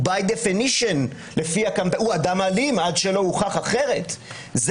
הוא אדם אלים עד שלא הוכח אחרת by definition,